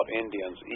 Indians